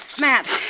Matt